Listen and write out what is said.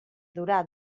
durar